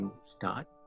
start